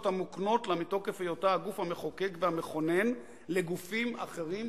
המוקנות לה מתוקף היותה הגוף המחוקק והמכונן לגופים אחרים,